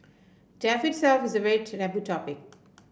death itself is a very taboo topic